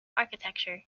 architecture